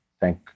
thank